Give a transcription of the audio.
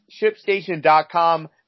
shipstation.com